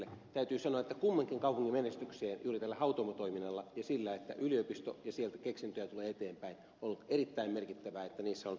täytyy sanoa että kummankin kaupungin menestykseen juuri tällä hautomotoiminnalla ja sillä että on yliopisto ja sieltä keksintöjä tulee eteenpäin on ollut erittäin merkittävää sille että niissä on ollut vahvaa taloudellista kasvua